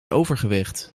overgewicht